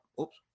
oops